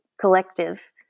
collective